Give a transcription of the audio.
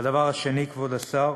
והדבר השני, כבוד השר,